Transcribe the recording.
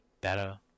better